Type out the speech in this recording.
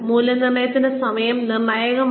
മൂല്യനിർണ്ണയത്തിന്റെ സമയം നിർണായകമാണ്